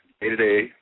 day-to-day